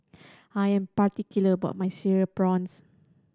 I am particular about my Cereal Prawns